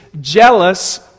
jealous